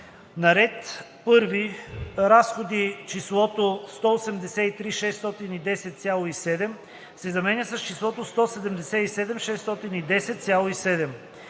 На ред „1. Разходи“ числото „183 610,7“ се заменя с числото „177 610,7“.